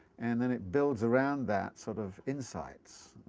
and then it builds around that sort of insights,